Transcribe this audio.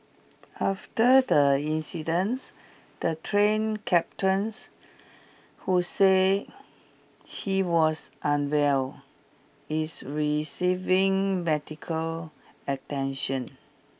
after the incidence the train captains who said he was unwell is receiving medical attention